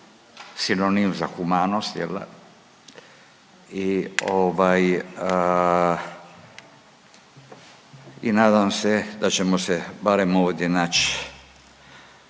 sinonim za humanost jel' da? I nadam se da ćemo se barem ovdje naći,